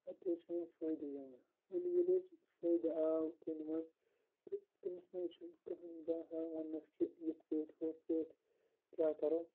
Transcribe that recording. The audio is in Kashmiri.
اَتہِ حظ چھِ یِم فٲیدٕ یِوان ییٚلہِ ییٚلہِ حظ فٲیدٕ آو کُنہِ منٛز تہٕ تٔمِس نہٕ حظ چھُنہٕ کٕہٕنۍ باسان وَننَس کہِ یِتھ پٲٹھۍ ہُتھ پٲٹھۍ کیٛاہ کَرو